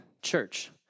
Church